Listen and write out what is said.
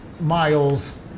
miles